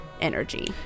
energy